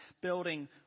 building